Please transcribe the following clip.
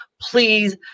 Please